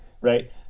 right